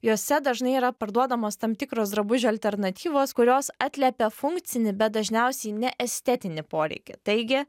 jose dažnai yra parduodamos tam tikros drabužių alternatyvos kurios atliepia funkcinį bet dažniausiai ne estetinį poreikį taigi